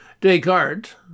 Descartes